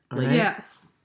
Yes